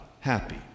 happy